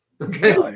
okay